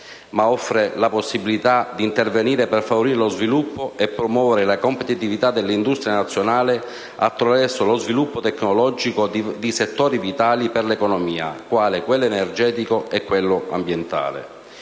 ma offre anche la possibilità di intervenire per favorire lo sviluppo e promuovere la competitività dell'industria nazionale attraverso lo sviluppo tecnologico di settori vitali per l'economia quali quello energetico e quello ambientale.